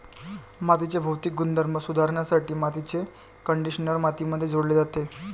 मातीचे भौतिक गुणधर्म सुधारण्यासाठी मातीचे कंडिशनर मातीमध्ये जोडले जाते